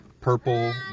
purple